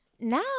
Now